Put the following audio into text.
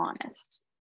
honest